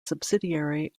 subsidiary